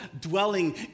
dwelling